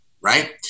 right